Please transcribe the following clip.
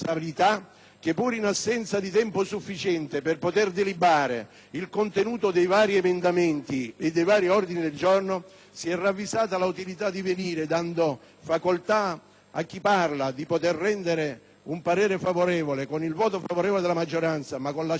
che, pur in assenza di tempo sufficiente per poter delibare il contenuto dei vari emendamenti e dei vari ordini del giorno, si è ravvisata l'utilità di dare facoltà a chi vi sta parlando di rendere un parere favorevole, con il voto favorevole della maggioranza ma con l'astensione